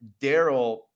Daryl